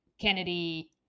Kennedy